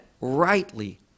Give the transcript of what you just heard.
rightly